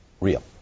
real